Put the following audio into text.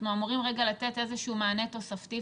אנחנו אמורים רגע לתת איזשהו מענה תוספתי,